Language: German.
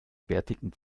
bärtigen